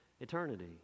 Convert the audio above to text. eternity